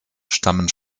stammen